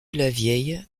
lavieille